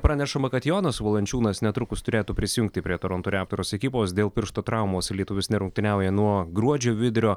pranešama kad jonas valančiūnas netrukus turėtų prisijungti prie toronto reptors ekipos dėl piršto traumos lietuvis nerungtyniauja nuo gruodžio vidurio